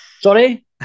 Sorry